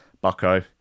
Bucko